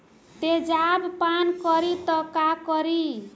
तेजाब पान करी त का करी?